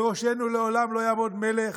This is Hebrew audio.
בראשנו לעולם לא יעמוד מלך,